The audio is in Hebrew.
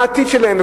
מה העתיד שלהם?